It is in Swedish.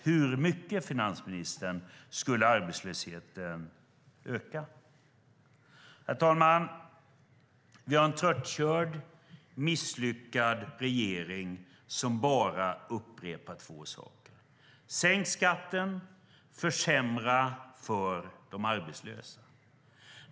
Hur mycket, finansministern, skulle i så fall arbetslösheten öka med? Herr talman! Vi har en tröttkörd och misslyckad regering som bara upprepar två saker: Sänk skatten! Försämra för de arbetslösa!